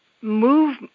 move